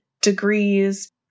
degrees